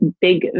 big